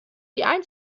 dauer